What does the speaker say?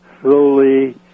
slowly